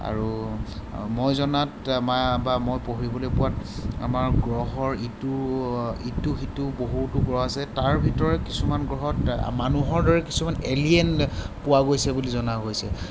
আৰু মই জনাত বা মই পঢ়িবলৈ পোৱাত আমাৰ গ্ৰহৰ ইটো ইটো সিটো বহুতো গ্ৰহ আছে তাৰ ভিতৰত কিছুমান গ্ৰহত মানুহৰ দৰে কিছুমান এলিয়েন পোৱা গৈছে বুলি জনা গৈছে